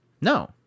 No